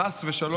חס ושלום.